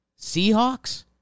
Seahawks